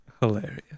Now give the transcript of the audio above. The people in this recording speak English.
hilarious